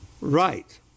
right